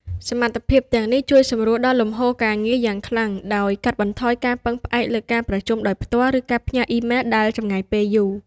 សមត្ថភាពទាំងនេះ ជួយសម្រួលដល់លំហូរការងារ យ៉ាងខ្លាំង ដោយកាត់បន្ថយការពឹងផ្អែកលើការប្រជុំដោយផ្ទាល់ ឬការផ្ញើអ៊ីមែលដែលចំណាយពេលយូរ។